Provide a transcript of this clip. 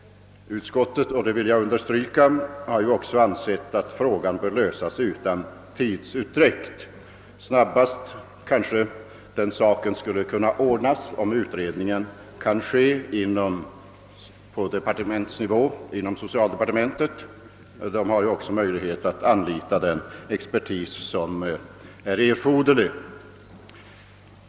Utskottet, det vill jag understryka, har också ansett att frågan bör lösas utan ytterligare tidsutdräkt. Snabbast kanske den saken skulle kunna ordnas om utredningen kunde utföras på departementsnivå inom socialdepartementet, där det också finns möjlighet att anlita den expertis som kan bli erforderlig.